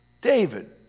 David